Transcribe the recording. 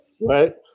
Right